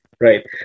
Right